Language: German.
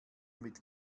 mit